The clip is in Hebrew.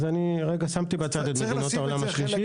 אז אני שמתי בצד לרגע את מדינות העולם השלישי